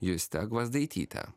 juste gvazdaityte